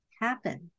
happen